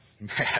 mad